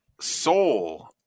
Soul